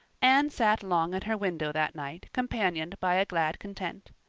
anne sat long at her window that night companioned by a glad content.